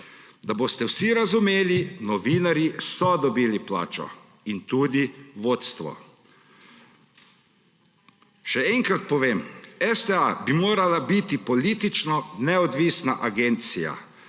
Da boste vsi razumeli, novinarji so dobili plačo in tudi vodstvo. Še enkrat povem, STA bi morala biti politično neodvisna agencija.